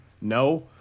No